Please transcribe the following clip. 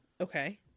Okay